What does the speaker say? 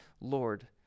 Lord